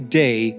day